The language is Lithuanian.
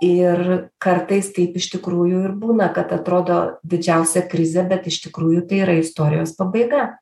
ir kartais taip iš tikrųjų ir būna kad atrodo didžiausia krizė bet iš tikrųjų tai yra istorijos pabaiga